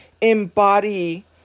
embody